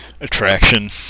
attraction